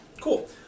Cool